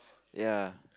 ya